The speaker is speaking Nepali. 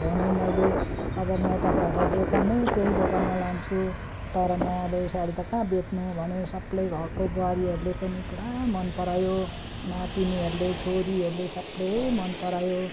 भन्यो मैले अब म तपाईँहरूलाई दोकानमै त्यही दोकानमा लान्छु तर म अब यो साडी त कहाँ बेच्नु भने सबले घरको बुहारीहरूले पनि पुरा मन परायो नातिनीहरूले छोरीहरूले सबले मन परायो